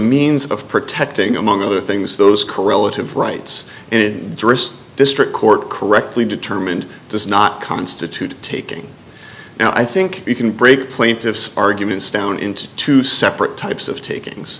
means of protecting among other things those corella have rights and district court correctly determined does not constitute taking now i think you can break plaintiff's arguments down into two separate types of taking